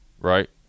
right